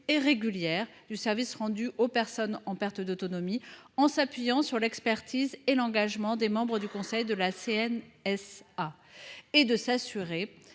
et régulière du service rendu aux personnes en perte d’autonomie sera réalisée, en s’appuyant sur l’expertise et l’engagement des membres du conseil de la CNSA. Il s’agit